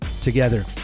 Together